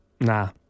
nah